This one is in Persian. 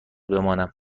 بمانم